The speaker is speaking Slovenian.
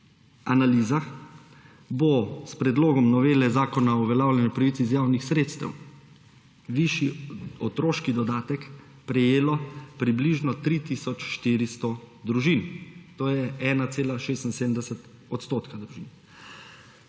analizah bo s predlogom novele Zakona o uveljavljanju pravic iz javnih sredstev višji otroški dodatek prejelo približno 3 tisoč 400 družin, to je, 1,76 % družin.